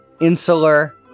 insular